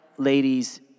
ladies